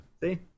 See